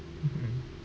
mmhmm